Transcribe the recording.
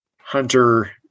hunter